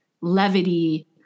levity